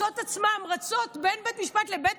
מוצאות את עצמן רצות בין בית משפט לבית